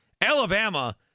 Alabama